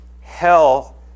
hell